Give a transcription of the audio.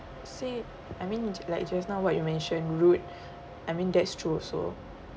say I mean like just now what you mention rude I mean that's true also